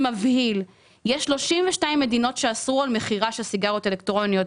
יש 32 מדינות שאסרו על מכירה של סיגריות אלקטרוניות,